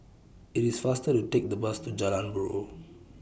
IT IS faster to Take The Bus to Jalan Buroh